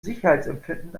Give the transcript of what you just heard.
sicherheitsempfinden